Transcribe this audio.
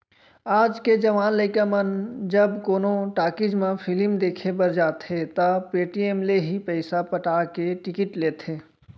आज के जवान लइका मन जब कोनो टाकिज म फिलिम देखे बर जाथें त पेटीएम ले ही पइसा पटा के टिकिट लेथें